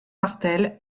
martel